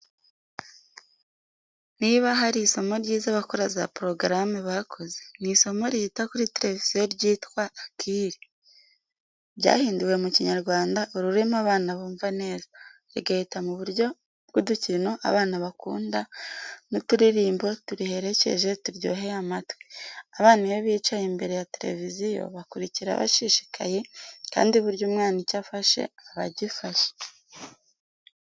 Niba hari isomo ryiza abakora za "programmes" bakoze, ni isomo rihita kuri televiziyo ryitwa "Akili". Ryahinduwe mu Kinyarwanda ururimi abana bumva neza, rigahita mu buryo bw'udukino abana bakunda n'uturirimbo turiherekeje turyoheye amatwi. Abana iyo bicaye imbere ya televisiyo, bakurikira bashishikaye kandi burya umwana icyo afashe aba agifashe.